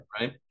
right